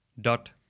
dot